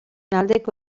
aldeko